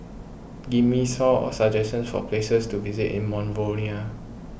give me some suggestions for places to visit in Monrovia